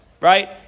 right